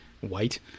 white